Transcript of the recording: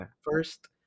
First